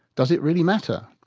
does it really matter?